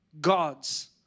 gods